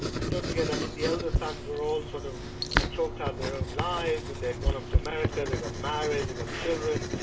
and don't forget i mean the elder sons were all sort of had talked out their own lives and they'd gone off to america, they got married, they'd and got children,